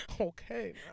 Okay